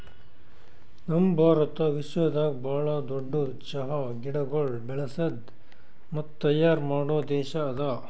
ನಮ್ ಭಾರತ ವಿಶ್ವದಾಗ್ ಭಾಳ ದೊಡ್ಡುದ್ ಚಹಾ ಗಿಡಗೊಳ್ ಬೆಳಸದ್ ಮತ್ತ ತೈಯಾರ್ ಮಾಡೋ ದೇಶ ಅದಾ